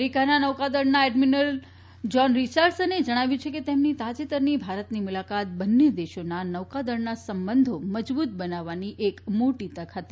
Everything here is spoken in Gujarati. અમેરિકાના નૌકાદળના એડમીરલ જોન રીચાર્ડસને જણાવ્યું છે કે તેમની તાજેતરની ભારતની મુલાકાત બંને દેશોના નૌકાદળના સંબંધો મજબૂત બનાવવાની એક મોટી તક હતી